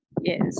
Yes